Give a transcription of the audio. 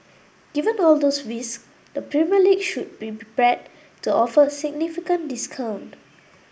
given all those risks the Premier League should be prepared to offer a significant discount